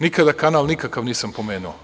Nikada kanal nikakav nisam pomenuo.